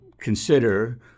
consider